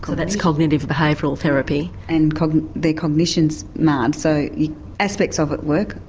that's cognitive behavioural therapy. and their cognition is marred so aspects of it work,